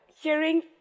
hearing